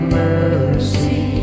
mercy